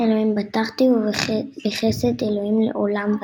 אלה֑ים בט֥חתי בחסד־א֝לה֗ים עול֥ם ועֽד.